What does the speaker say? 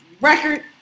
record